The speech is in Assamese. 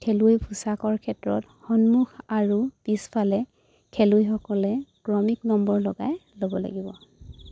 খেলুৱৈ পোচাকৰ ক্ষেত্ৰত সন্মুখ আৰু পিছফালে খেলুৱৈসকলে ক্ৰমিক নম্বৰ লগাই ল'ব লাগিব